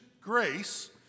grace